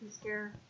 scare